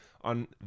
on